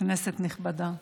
כנסת נכבדה,